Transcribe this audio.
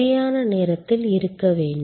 சரியான நேரத்தில் இருக்க வேண்டும்